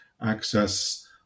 access